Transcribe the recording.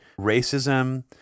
racism